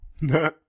No